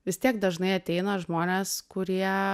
vis tiek dažnai ateina žmonės kurie